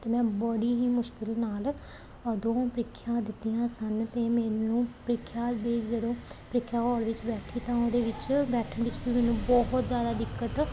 ਅਤੇ ਮੈਂ ਬੜੀ ਹੀ ਮੁਸ਼ਕਲ ਨਾਲ ਅ ਦੋਵੇਂ ਪ੍ਰੀਖਿਆ ਦਿੱਤੀਆਂ ਸਨ ਅਤੇ ਮੈਨੂੰ ਪ੍ਰੀਖਿਆ ਦੀ ਜਦੋਂ ਪ੍ਰੀਖਿਆ ਹੋਲ ਵਿੱਚ ਬੈਠੀ ਤਾਂ ਉਹਦੇ ਵਿੱਚ ਬੈਠਣ ਵਿੱਚ ਵੀ ਮੈਨੂੰ ਬਹੁਤ ਜ਼ਿਆਦਾ ਦਿੱਕਤ ਹੋ